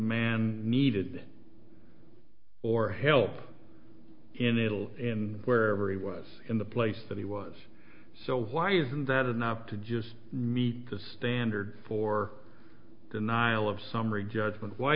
man needed or help inital where every was in the place that he was so why isn't that enough to just meet the standard for denial of summary judgment why